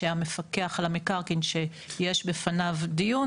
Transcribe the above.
שהמפקח על המקרקעין שיש בפניו דיון,